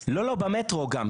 לא, במטרו גם.